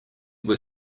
were